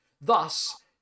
thus